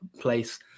place